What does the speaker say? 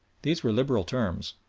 these were liberal terms,